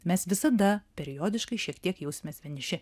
mes visada periodiškai šiek tiek jausimės vieniši